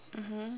mmhmm